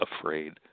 afraid